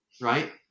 right